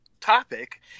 topic